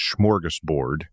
smorgasbord